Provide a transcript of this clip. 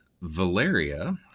Valeria